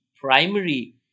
primary